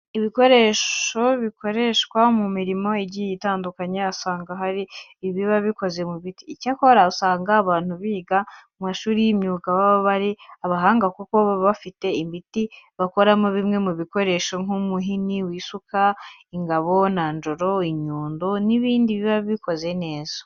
Ibikoresho bikoreshwa mu mirimo igiye itandukanye usanga hari ibiba bikoze mu biti. Icyakora usanga abantu biga mu mashuri y'imyuga baba ari abahanga kuko bafata ibiti bakabikoramo bimwe mu bikoresho nk'umuhini w'isuka, ingabo, nanjoro, inyundo n'ibindi biba bikoze neza.